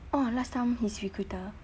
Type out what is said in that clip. oh last time his recruiter